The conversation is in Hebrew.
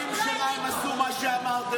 40 שנה הם עשו מה שאמרתם.